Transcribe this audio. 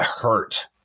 hurt